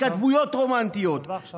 מהתכתבויות רומנטיות, תודה.